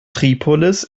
tripolis